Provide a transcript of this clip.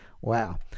Wow